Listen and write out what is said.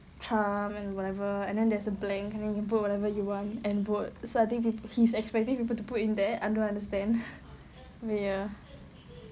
trump and whatever and then there's a blank and then you put whatever you want and vote so I think he's expecting people to put in there I don't understand